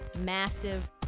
massive